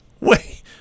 Wait